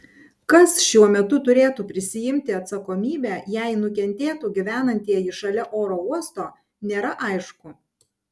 kas šiuo metu turėtų prisiimti atsakomybę jei nukentėtų gyvenantieji šalia oro uosto nėra aišku